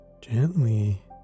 gently